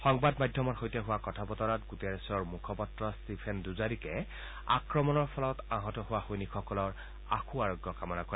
সংবাদ মাধ্যমৰ সৈতে হোৱা কথা বতৰাত শ্ৰীণ্ডটেৰেছৰ মুখপাত্ৰ ষ্টিফেন ডুজাৰিকে আক্ৰমণৰ ফলত আহত হোৱা সৈনিকসকলৰ আশু আৰোগ্য কামনা কৰে